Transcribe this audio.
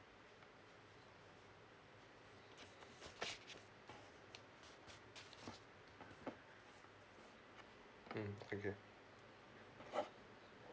mm okay